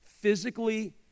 physically